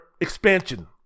expansion